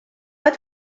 pas